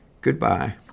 goodbye